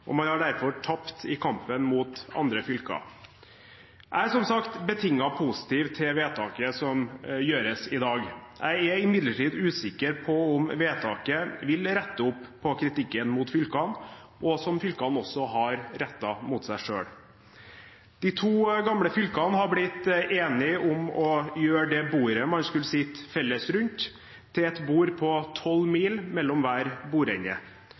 og man har derfor tapt i kampen mot andre fylker. Jeg er, som sagt, betinget positiv til vedtaket som gjøres i dag. Jeg er imidlertid usikker på om vedtaket vil rette opp i kritikken mot fylkene, og som fylkene også har rettet mot seg selv. De to gamle fylkene har blitt enige om å gjøre det bordet man skulle sitte felles rundt, til et bord på 12 mil mellom hver